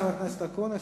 תודה לחבר כנסת אקוניס.